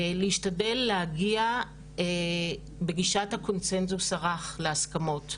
להשתדל להגיע בגישת הקונצנזוס הרך להסכמות,